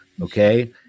okay